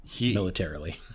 Militarily